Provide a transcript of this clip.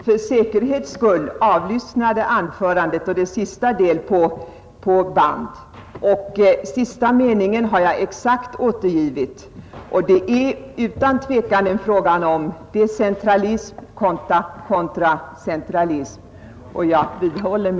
Herr talman! Jag vill bara säga att jag för säkerhets skull avlyssnade anförandet och särskilt dess senaste del på band. Sista meningen har jag återgivit exakt och det är utan tvekan fråga om centralism contra decentralism.